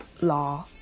law